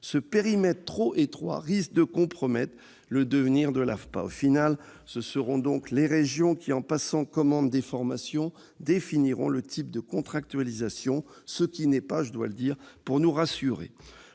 Ce périmètre trop étroit risque de compromettre le devenir de l'AFPA. Au final, ce seront donc les régions qui, en passant commande des formations, définiront le type de contractualisation, ce qui n'est pas pour nous rassurer